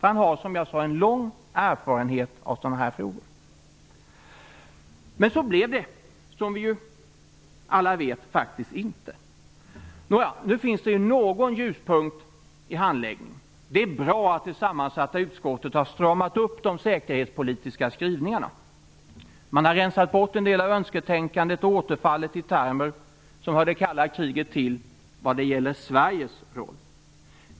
Han har, som jag sade, en lång erfarenhet av sådana här frågor. Men så blev det, som vi alla vet, faktiskt inte. Någon ljuspunkt finns dock i handläggningen. Det är bra att det sammansatta utskottet har stramat upp de säkerhetspolitiska skrivningarna. Man har rensat bort en del av önsketänkandet och återfallet i termer som hör det kalla kriget till vad gäller Sveriges roll.